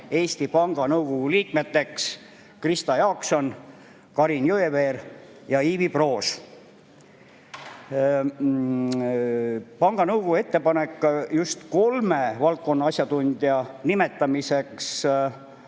Eesti Panga nõukogu liikmeteks Krista Jaakson, Karin Jõeveer ja Ivi Proos. Panga nõukogu ettepanek just kolme valdkonna asjatundja nimetamiseks tulenes